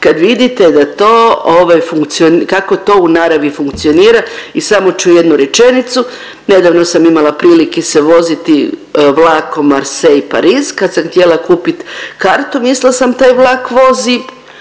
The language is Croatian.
funkci…, kako to u naravi funkcionira i samo ću jednu rečenicu. Nedavno sam imala prilike se voziti vlakom Marseille – Pariz, kad sam htjela kupit kartu mislila sam taj vlak vozi